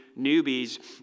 newbies